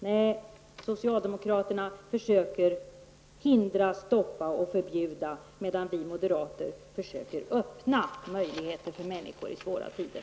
Nej, socialdemokratena försöker hindra, stoppa och förbjuda, medan vi moderater försöker öppna möjligheter för människor i svåra tider.